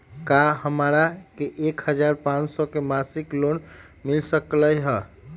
का हमरा के एक हजार पाँच सौ के मासिक लोन मिल सकलई ह?